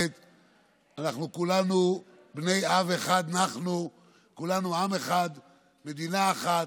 כולנו בני עם אחד, מדינה אחת.